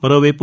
మరోవైపు